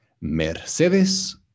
Mercedes